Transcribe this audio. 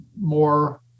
more